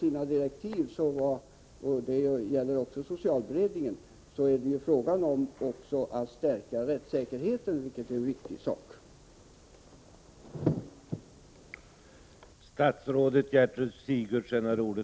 I direktiven till socialutredningen och även till socialberedningen talades om behovet av stärkandet av rättssäkerheten, och det är en viktig angelägenhet.